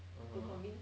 (uh huh)